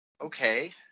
okay